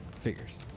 Figures